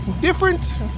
different